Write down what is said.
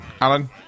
Alan